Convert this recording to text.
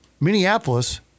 Minneapolis